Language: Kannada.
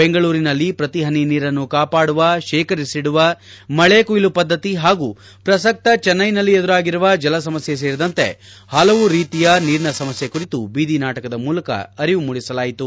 ಬೆಂಗಳೂರಿನಲ್ಲಿ ಪ್ರತಿಹನಿ ನೀರನ್ನು ಕಾಪಾಡುವಶೇಖರಿಸಿಡುವ ಮಳೆ ಕೊಯ್ಲ ಪದ್ದತಿ ಹಾಗೂ ಪ್ರಸಕ್ತ ಚೆನ್ನೈನಲ್ಲಿ ಎದುರಾಗಿರುವ ಜಲ ಸಮಸ್ಥೆ ಸೇರಿದಂತೆ ಹಲವು ರೀತಿಯ ನೀರಿನ ಸಮಸ್ಥೆ ಕುರಿತು ಬೀದಿ ನಾಟಕದ ಮೂಲಕ ಅರಿವು ಮೂಡಿಸಲಾಯಿತು